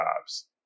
jobs